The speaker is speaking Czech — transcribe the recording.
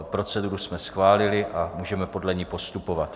Proceduru jsme schválili a můžeme podle ní postupovat.